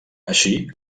així